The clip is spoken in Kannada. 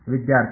ವಿದ್ಯಾರ್ಥಿ